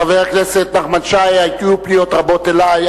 חבר הכנסת נחמן שי, היו פניות רבות אלי.